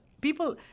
People